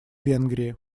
венгрии